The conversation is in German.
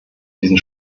diesen